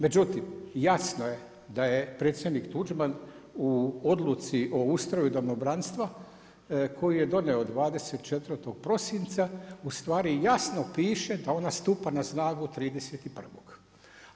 Međutim, jasno je da je predsjednik Tuđman o odluci o ustroju domobranstva, koju je donio 24.12. ustvari jasno piše da ona stupa na snagu 30.1.